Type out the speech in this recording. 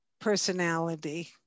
personality